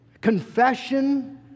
confession